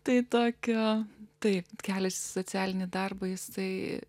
tai tokia tai keliasi socialinį darbą jis tai